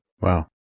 Wow